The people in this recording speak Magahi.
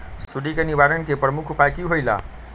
सुडी के निवारण के प्रमुख उपाय कि होइला?